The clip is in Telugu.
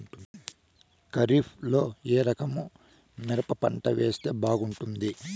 ఖరీఫ్ లో ఏ రకము మిరప పంట వేస్తే బాగుంటుంది